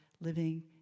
living